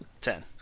Ten